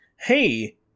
hey